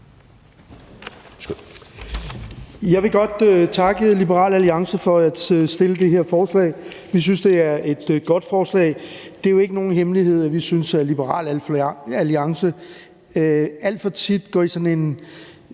Jeg vil godt takke Liberal Alliance for at fremsætte det her forslag. Vi synes, det er et godt forslag. Det er jo ikke nogen hemmelighed, at vi synes, at Liberal Alliance alt for tit går i sådan en